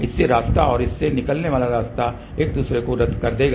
इससे रास्ता और इससे निकलने वाला रास्ता एक दूसरे को रद्द कर देगा